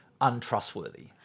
untrustworthy